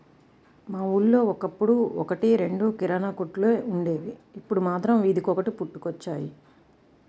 మా ఊళ్ళో ఒకప్పుడు ఒక్కటి రెండు కిరాణా కొట్లే వుండేవి, ఇప్పుడు మాత్రం వీధికొకటి పుట్టుకొచ్చాయి